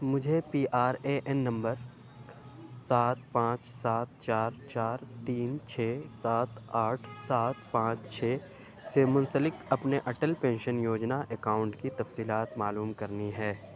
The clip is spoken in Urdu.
مجھے P R A N number سات پانچ سات چار چار تین چھ سات آٹھ سات پانچ چھ سے منسلک اپنے اٹل پینشن یوجنا اکاؤنٹ کی تفصیلات معلوم کرنی ہے